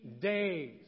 days